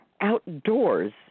outdoors